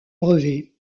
brevets